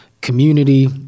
community